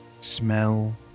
Smell